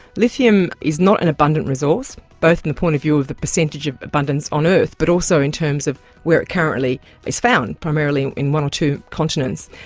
lithium is not an abundant resource, both from the point of view of the percentage of abundance on earth but also in terms of where it currently is found, primarily in one or two continents.